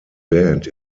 band